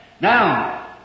Now